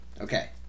Okay